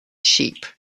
sheep